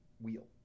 wheel